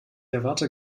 erwarte